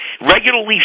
Regularly